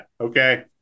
Okay